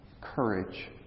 Courage